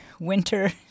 winter